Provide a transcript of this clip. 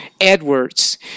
Edwards